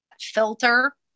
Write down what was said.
filter